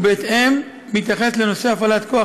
ובהתאם לכך מתייחס לנושא הפעלת כוח,